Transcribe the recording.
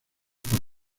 por